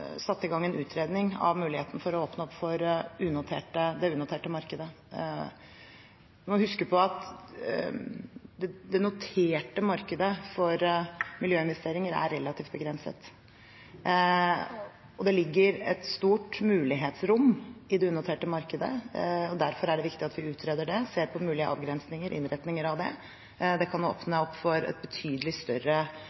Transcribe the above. i gang en utredning av muligheten for å åpne opp for det unoterte markedet. Vi må huske på at det noterte markedet for miljøinvesteringer er relativt begrenset. Det ligger et stort mulighetsrom i det unoterte markedet, og derfor er det viktig at vi utreder det, ser på mulige avgrensninger, innretninger av det. Det kan åpne opp for et betydelig større